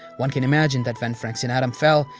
one can imagine that when fraxinetum fell,